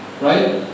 right